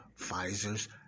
Pfizer's